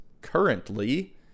currently